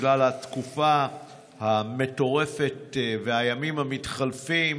בגלל התקופה המטורפת והימים המתחלפים